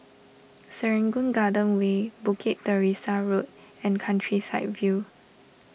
Serangoon Garden Way Bukit Teresa Road and Countryside View